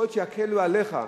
יכול להיות שיקלו עליך,